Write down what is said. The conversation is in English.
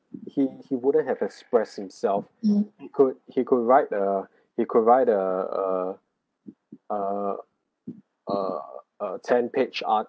he he wouldn't have expressed himself he could he could write a he could write a uh uh uh a ten page art